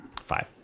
Five